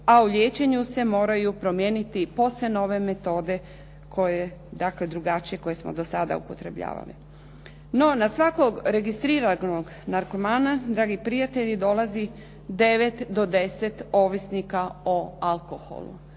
a o liječenju se moraju promijeniti posve nove metode koje dakle drugačije, koje smo do sada upotrebljavali. No na svakog registriranog narkomana dragi prijatelji dolazi 9 do 10 ovisnika o alkoholu,